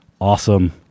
awesome